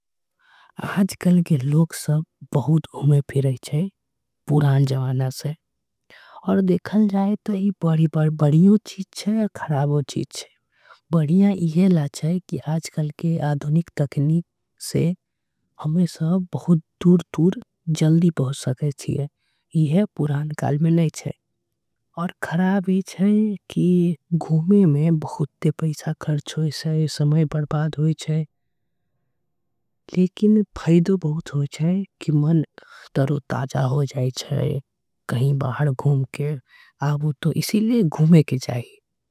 आजकल के लोग सब बहुत घूमे फिरे छे पुराना जमाना। के लोग से आऊर देखल जाय त ए बढ़िया चीज छे। आऊर खरबो चीज छे बढ़िया ईहे चीज छे की आजकल। के आधुनिक तकनीक से दूर दूर बहुत जल्दी पहुंच सके छे। खराब ई छे की घूमे ल बहुत पैसा खर्च होय से समय बर्बाद। होय छे लेकिन फायदा बहुत होय छे कि मन तरोताजा हो जाय छे।